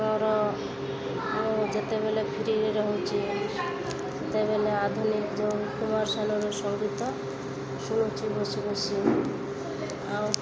ମୋର ମୁଁ ଯେତେବେଳେ ଫ୍ରିରେ ରହୁଛି ସେତେବେଳେ ଆଧୁନିକ ଯେଉଁ କୁମାର ସାନୁର ସଙ୍ଗୀତ ଶୁଣୁଛି ବସି ବସି ଆଉ